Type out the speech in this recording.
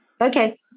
okay